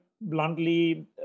bluntly